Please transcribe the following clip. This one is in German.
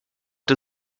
der